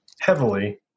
heavily